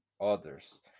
others